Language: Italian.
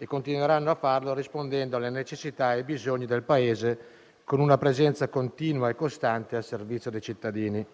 e continueranno a farlo, rispondendo alle necessità e ai bisogni del Paese con una presenza continua e costante al servizio dei cittadini.